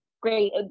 great